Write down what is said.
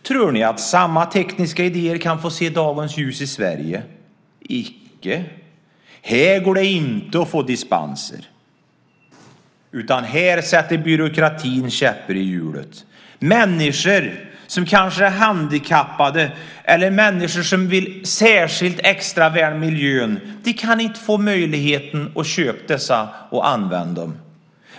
Tror ni att samma tekniska idéer kan få se dagens ljus i Sverige? Icke! Här går det inte att få dispenser, utan här sätter byråkratin käppar i hjulet. Människor som kanske är handikappade eller människor som i särskilt hög grad vill värna miljön kan inte få möjlighet att köpa dessa och använda dem.